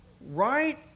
right